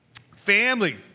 Family